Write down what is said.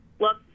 look